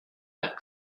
that